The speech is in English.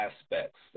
aspects